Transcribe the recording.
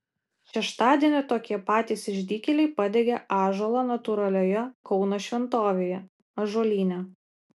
šeštadienį tokie patys išdykėliai padegė ąžuolą natūralioje kauno šventovėje ąžuolyne